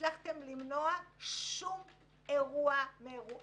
ששום דבר ממה שאני אגיד,